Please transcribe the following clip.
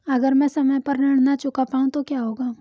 अगर म ैं समय पर ऋण न चुका पाउँ तो क्या होगा?